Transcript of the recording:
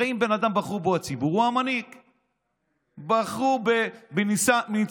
הרי אם הציבור בחר בבן אדם, הוא המנהיג.